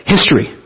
History